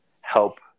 help